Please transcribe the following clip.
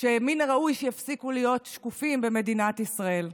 שמן הראוי שיפסיקו להיות שקופים במדינת ישראל.